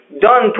done